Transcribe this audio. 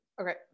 Okay